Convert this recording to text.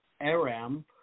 Aram